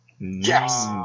Yes